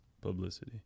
publicity